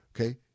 Okay